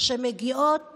שמגיעות